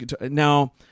now